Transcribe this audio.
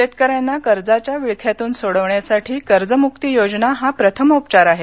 शेतकऱ्यांना कर्जाच्या विळख्यातून सोडवण्यासाठी कर्जमुक्तीयोजना हा प्रथमोपचार आहे